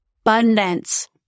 abundance